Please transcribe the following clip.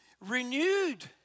renewed